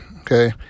okay